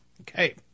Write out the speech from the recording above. Okay